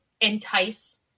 entice